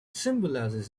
symbolizes